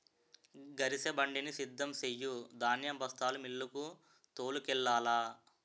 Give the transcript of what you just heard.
గరిసెబండిని సిద్ధం సెయ్యు ధాన్యం బస్తాలు మిల్లుకు తోలుకెల్లాల